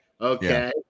okay